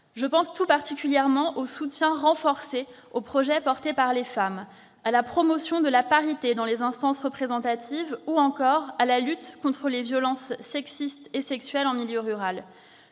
Je pense tout particulièrement au soutien renforcé aux projets portés par les femmes, à la promotion de la parité dans les instances représentatives, ou encore à la lutte contre les violences sexistes et sexuelles en milieu rural.